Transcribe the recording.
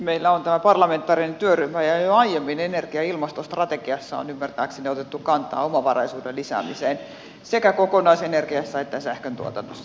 meillä on tämä parlamentaarinen työryhmä ja jo aiemmin energia ja ilmastostrategiassa on ymmärtääkseni otettu kantaa omavaraisuuden lisäämiseen sekä kokonaisenergiassa että sähköntuotannossa